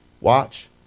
Watch